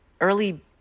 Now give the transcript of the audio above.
early